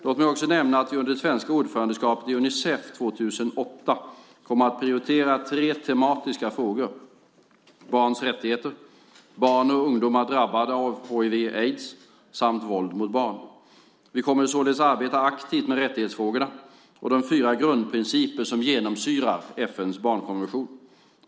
Låt mig också nämna att vi under det svenska ordförandeskapet i Unicef 2008 kommer att prioritera tre tematiska frågor: barns rättigheter, barn och ungdomar drabbade av hiv/aids samt våld mot barn. Vi kommer således att arbeta aktivt med rättighetsfrågorna och de fyra grundprinciper som genomsyrar FN:s barnkonvention.